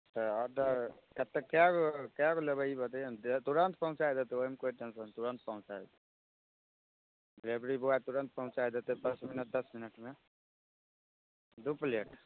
तऽ ऑर्डर कतेक कए गो कए गो लेबै ई बतैयौ ने तुरन्त पहुँचा देतै ओहिमे कोइ टेंशन नहि तुरन्त पहुँचा देतै डिलिवरी बॉय तुरन्त पहुँचा देतै पाँच मिनट दस मिनटमे दू प्लेट